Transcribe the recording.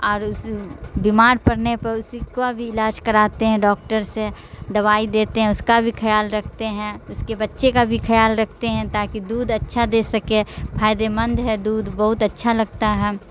اور اس بیمار پڑنے پر اسی کو بھی علاج کراتے ہیں ڈاکٹر سے دوائی دیتے ہیں اس کا بھی خیال رکھتے ہیں اس کے بچے کا بھی خیال رکھتے ہیں تاکہ دودھ اچھا دے سکے فائدے مند ہے دودھ بہت اچھا لگتا ہے